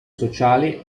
sociale